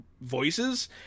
voices